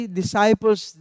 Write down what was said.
disciples